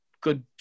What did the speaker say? good